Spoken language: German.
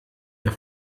der